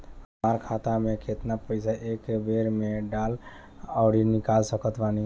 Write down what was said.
हमार खाता मे केतना पईसा एक बेर मे डाल आऊर निकाल सकत बानी?